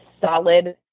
solid